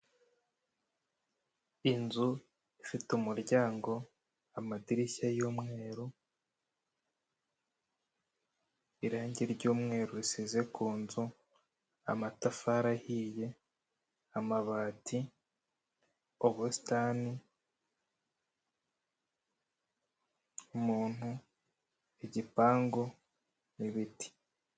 Inzu ifite umuryango, amadirishya y'umweru irangi ry'umweru risize ku nzu, amatafari ahiye, amabati, ubussitani, umuntu, igipangu n'ibiti.